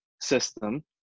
system